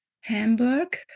hamburg